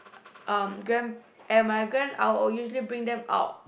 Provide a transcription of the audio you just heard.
um grand and my grand I will usually bring them out